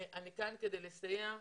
אני כאן כדי לסייע.